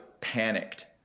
panicked